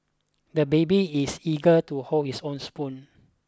the baby is eager to hold his own spoon